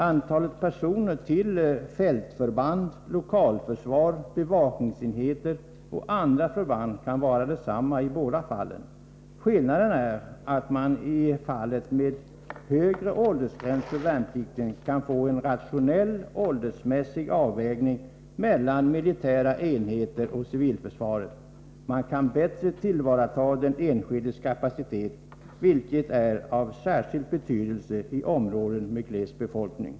Antalet personer till fältförband, lokalförsvar, bevakningsenheter och andra förband kan vara detsamma i båda fallen. Skillnaden är att man i fallet med en högre åldersgräns för värnplikten kan få en rationell åldersmässig avvägning mellan militära enheter och civilförsvaret. Man kan då bättre tillvarataga den enskildes kapacitet, vilket är av särskild betydelse i områden som är glest befolkade.